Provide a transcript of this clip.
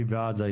כן,